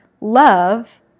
love